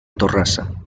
torrassa